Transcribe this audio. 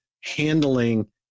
handling